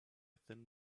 thin